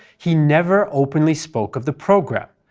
he never openly spoke of the program,